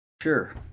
Sure